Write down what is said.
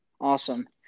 Awesome